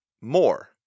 more